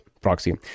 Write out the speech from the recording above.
proxy